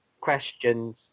questions